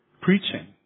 preaching